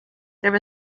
there